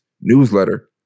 newsletter